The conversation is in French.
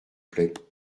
plait